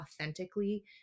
authentically